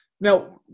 now